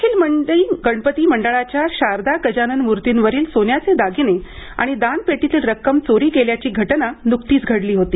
अखिल मंडई गणपती मंडळाच्या शारदा गजानन मूर्तींवरील सोन्याचे दागिने आणि दानपेटीमधील रक्कम चोरी गेल्याची घटना नुकतीच घडली होती